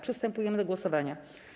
Przystępujemy do głosowania.